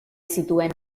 zituen